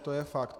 To je fakt.